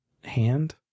hand